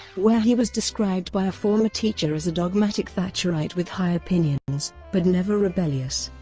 where he was described by a former teacher as a dogmatic thatcherite with high opinions, but never rebellious.